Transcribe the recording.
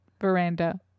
veranda